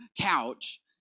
couch